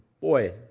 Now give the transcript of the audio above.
Boy